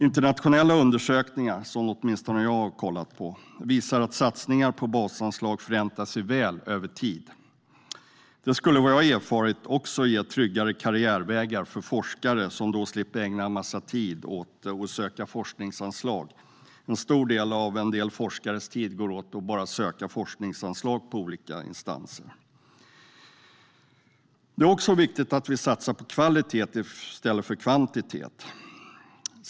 Internationella undersökningar - som åtminstone jag har kollat på - visar att satsningar på basanslag förräntar sig väl över tid. Det skulle, vad jag erfarit, också ge tryggare karriärvägar för forskare, som då slipper ägna en massa tid åt att söka forskningsanslag. En stor del av en forskares tid går åt bara till att söka forskningsanslag i olika instanser. Det är också viktigt att vi satsar på kvalitet i stället för kvantitet.